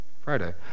Friday